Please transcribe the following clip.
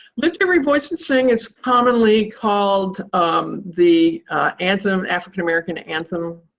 lift every voice and sing is commonly called um the anthem, african-american anthem